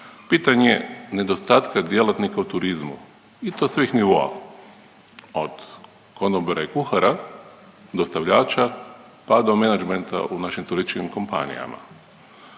Pitanje nedostatka djelatnika u turizmu i to svih nivoa od konobara i kuhara, dostavljača pa do managmenta u našim turističkim kompanijama.